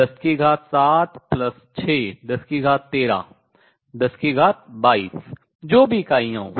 107plus 6 1013 1022 जो भी इकाइयां हों